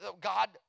God